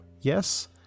Yes